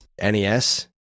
NES